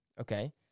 Okay